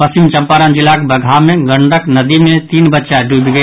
पश्चिम चम्पारण जिलाक बगहा मे गंडक नदी मे तीन बच्चा डूबि गेल